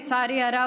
לצערי הרב,